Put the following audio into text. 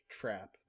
trap